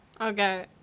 Okay